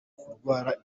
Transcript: kurwara